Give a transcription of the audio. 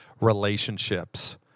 relationships